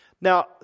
Now